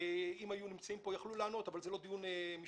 אם היו נמצאים פה היו יכולים לענות אבל זה לא דיון משפטי.